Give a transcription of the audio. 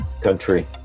Country